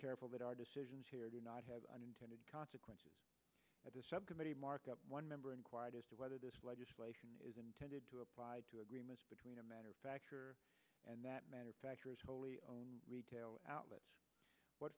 careful that our decisions here do not have unintended consequences at the subcommittee markup one member inquired as to whether this legislation is intended to apply to agreements between a matter of fact and that manufacturers wholly owned retail outlets what